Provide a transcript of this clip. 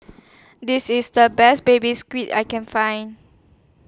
This IS The Best Baby Squid I Can Find